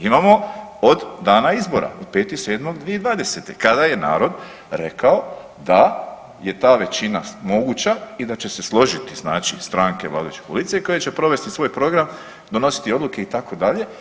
Imamo od dana izbora, od 5.7.2020. kada je narod rekao da je ta većina moguća i da će se složiti stranke vladajuće koalicije koje će provesti svoj program, donositi odluke itd.